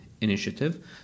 initiative